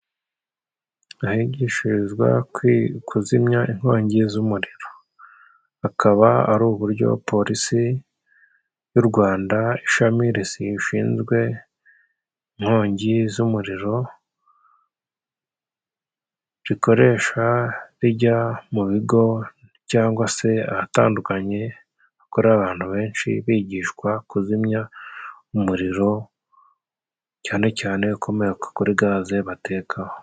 Ahigishirizwa kuzimya inkongi z'umuriro. Akaba ari uburyo Polisi y'u Rwanda ishami rishinzwe inkongi z'umuriro rikoresha, rijya mu bigo cyangwa se ahatandukanye hakorera abantu benshi bigishwa kuzimya umuriro, cyane cyane ukomoka kuri gaze batekaho.